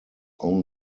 own